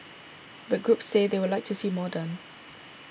but groups say they would like to see more done